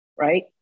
right